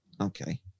Okay